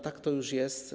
Tak to już jest.